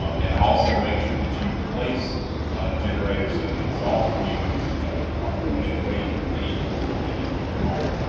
um and also make sure that you place generators so the exhaust fumes are pointed away from any doors or windows on your home.